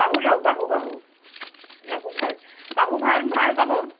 বাহু লওক বাহু বাহু বাহু ভাল বাহু ভাল ভাল পাব